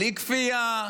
בלי כפייה,